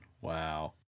Wow